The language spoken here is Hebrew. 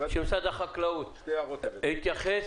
שמשרד החקלאות יתייחס.